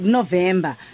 November